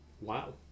Wow